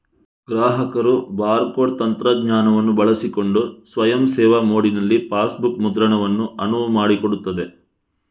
ಗ್ರಾಹಕರು bar code ತಂತ್ರಜ್ಞಾನವನ್ನು ಬಳಸಿಕೊಂಡು ಸ್ವಯಂ ಸೇವಾ ಮೋಡಿನಲ್ಲಿ ಪಾಸ್ಬುಕ್ ಮುದ್ರಣವನ್ನು ಅನುವು ಮಾಡಿಕೊಡುತ್ತದೆ